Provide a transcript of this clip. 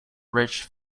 rich